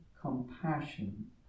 compassion